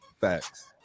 Facts